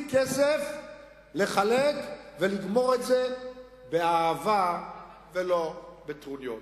כסף לחלק ולגמור את זה באהבה ולא בטרוניות.